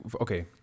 okay